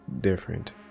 different